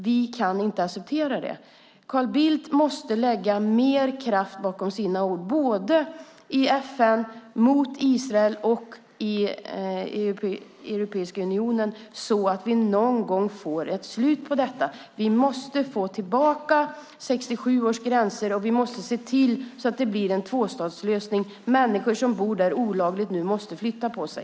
Vi kan inte acceptera det. Carl Bildt måste sätta mer kraft bakom sina ord mot Israel både i FN och i Europeiska unionen så att det någon gång blir ett slut på detta. Man måste återgå till 1967 års gränser och se till att det blir en tvåstatslösning. Människor som nu bor där måste flytta på sig.